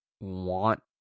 want